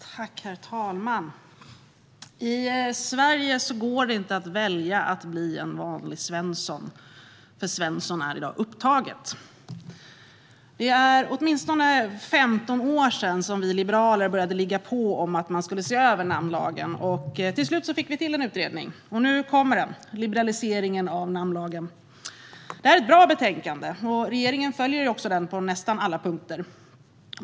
Herr talman! I Sverige går det inte att välja att bli en vanlig Svensson - för namnet Svensson är i dag upptaget. Det är åtminstone 15 år sedan vi liberaler började ligga på om att man skulle se över namnlagen, och till slut fick vi till en utredning. Nu kommer liberaliseringen av namnlagen. Det är ett bra betänkande, och regeringen följer förslagen i det på nästan alla punkter.